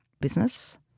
business